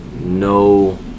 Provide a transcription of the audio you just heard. no-